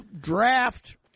draft